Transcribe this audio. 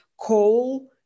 coal